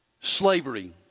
slavery